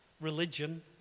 religion